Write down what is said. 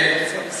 כן.